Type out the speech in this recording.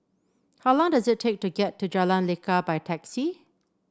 how long does it take to get to Jalan Lekar by taxi